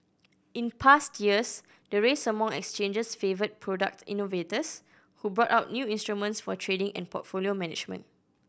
in past years the race among exchanges favoured product innovators who brought out new instruments for trading and portfolio management